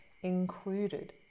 included